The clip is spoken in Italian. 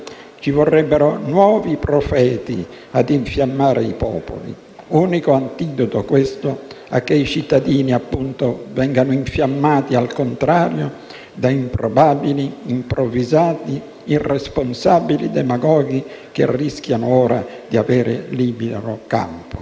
Ci vorrebbero nuovi profeti ad infiammare i popoli: unico antidoto, questo, a che i cittadini, appunto, vengano infiammati, al contrario, da improbabili, improvvisati, irresponsabili demagoghi, che rischiano ora di avere libero campo.